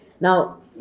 Now